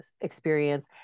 experience